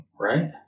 Right